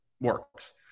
works